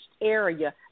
area